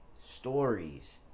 stories